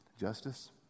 justice